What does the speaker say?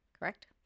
Correct